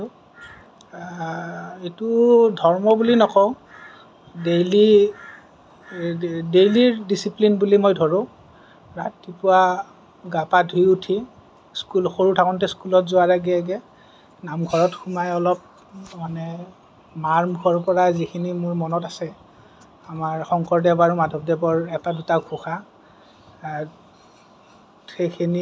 এইটো ধৰ্ম বুলি নকওঁ ডেইলি ডেইলিৰ ডিচিপ্লিন বুলি মই ধৰোঁ ৰাতিপুৱা গা পা ধুই উঠি স্কুল সৰু থাকোতে স্কুলত যোৱালৈকে এতিয়া নামঘৰত সোমাই অলপ মানে মাৰ মুখৰ পৰা যিখিনি মোৰ মনত আছে আমাৰ শংকৰদেৱ আৰু মাধৱদেৱৰ এটা দুটা ঘোষা